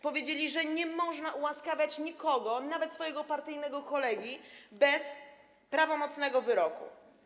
Powiedzieli, że nie można ułaskawiać nikogo, nawet swojego partyjnego kolegi, bez prawomocnego wyroku.